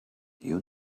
you